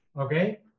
Okay